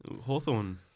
Hawthorne